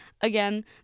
again